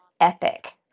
epic